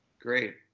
Great